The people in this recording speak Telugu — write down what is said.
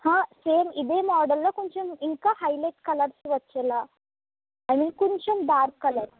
హ సేమ్ ఇదే మోడల్లో కొంచెం ఇంకా హైలెట్ కలర్స్ వచ్చేలా ఇంకొంచెం డార్క్ కలర్స్